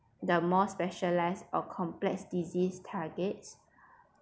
the more specialised or complex disease targets